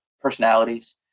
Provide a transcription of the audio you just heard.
personalities